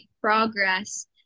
progress